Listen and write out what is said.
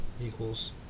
Equals